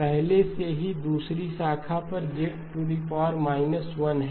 तो पहले से ही दूसरी शाखा पर Z 1 है